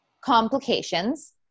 complications